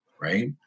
Right